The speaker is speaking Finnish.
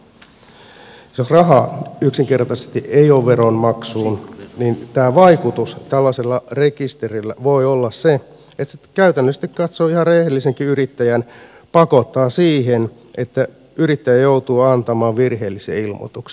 jos rahaa yksinkertaisesti ei ole veronmaksuun niin tämä vaikutus tällaisella rekisterillä voi olla se että se sitten käytännöllisesti katsoen ihan rehellisenkin yrittäjän pakottaa siihen että yrittäjä joutuu antamaan virheellisen ilmoituksen